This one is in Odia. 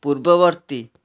ପୂର୍ବବର୍ତ୍ତୀ